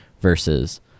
versus